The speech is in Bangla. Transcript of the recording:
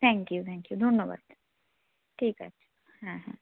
থ্যাঙ্ক ইউ থ্যাঙ্ক ইউ ধন্যবাদ ঠিক আছে হ্যাঁ হ্যাঁ হ্যাঁ